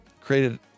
created